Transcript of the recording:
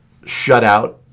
shutout